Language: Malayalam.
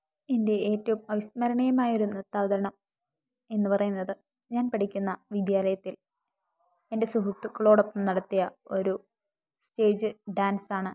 എൻ്റെ ഏറ്റവും അവിസ്മരണീയമായ ഒരു ന്യത്താവതരണം എന്ന് പറയുന്നത് ഞാൻ പഠിക്കുന്ന വിദ്യാലയത്തിൽ എൻ്റെ സുഹൃത്തുക്കളോടൊപ്പം നടത്തിയ ഒരു സ്റ്റേജ് ഡാൻസ് ആണ്